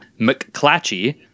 McClatchy